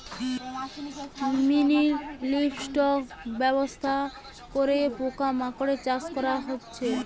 mini livestock ব্যবস্থা করে পোকা মাকড়ের চাষ করা হচ্ছে